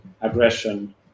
aggression